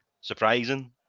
Surprising